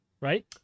Right